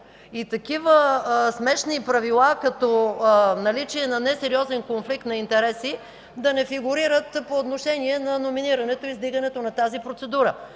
и такива смешни правила като наличие на несериозен конфликт на интереси да не фигурират по отношение на номинирането и издигането на тази процедура.